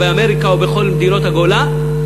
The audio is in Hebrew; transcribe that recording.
באמריקה ובכל מדינות הגולה,